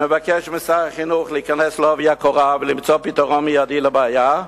אני מבקש משר החינוך להיכנס בעובי הקורה ולמצוא פתרון מיידי לבעיה,